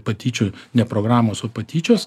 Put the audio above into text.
patyčių ne programos o patyčios